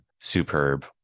superb